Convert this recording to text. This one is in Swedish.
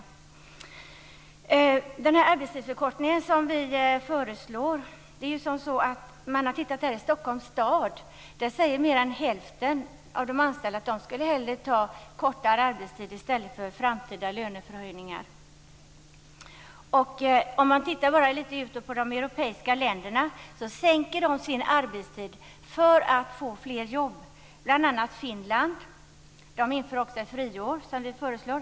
Så till den arbetstidsförkortning som vi föreslår. I Stockholms stad säger mer än hälften av de anställda att de tar kortare arbetstid i stället för framtida löneförhöjningar. Om man tittar på de europeiska länderna sänker de sin arbetstid för att få fler jobb. Det gör bl.a. Finland. Man inför också ett friår, som vi föreslår.